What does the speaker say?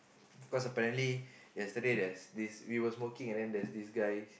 cause apparently yesterday there's this we were smoking and then there's this guy